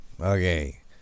Okay